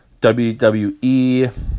WWE